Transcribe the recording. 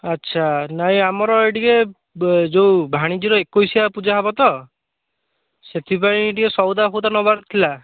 ଆଚ୍ଛା ନାହିଁ ଆମର ଏଇ ଟିକିଏ ଯେଉଁ ଭାଣିଜୀର ଏକୋଇଶିଆ ପୂଜା ହେବ ତ ସେଥିପାଇଁ ଟିକିଏ ସଉଦା ଫଉଦା ନେବାର ଥିଲା